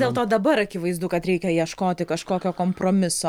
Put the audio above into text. dėl to dabar akivaizdu kad reikia ieškoti kažkokio kompromiso